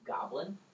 goblin